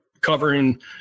covering